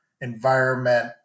environment